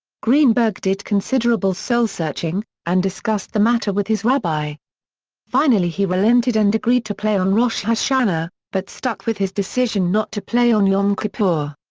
greenberg did considerable soul-searching, and discussed the matter with his rabbi finally he relented and agreed to play on rosh hashanah, but stuck with his decision not to play on yom kippur.